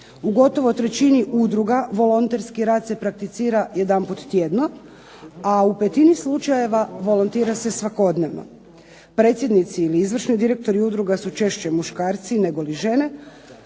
U gotovo trećini udruga volonterski rad se prakticira jedanput tjedno, a petini slučajeva volontira se svakodnevno. Predsjednici ili izvršni direktori udruga su češće muškarci nego žene.